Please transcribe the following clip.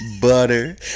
Butter